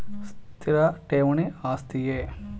ಸ್ಥಿರ ಠೇವಣಿ ಆಸ್ತಿಯೇ?